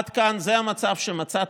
עד כאן זה המצב שמצאתי.